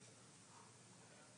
לעניין